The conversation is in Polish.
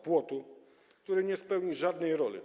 Płotu, który nie spełni żadnej roli.